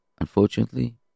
unfortunately